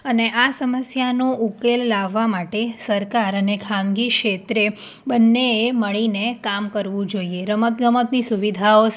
અને આ સમસ્યાનો ઉકેલ લાવવા માટે સરકાર અને ખાનગી ક્ષેત્રે બંનેએ મળીને કામ કરવું જોઈએ રમતગમતની સુવિધાઓ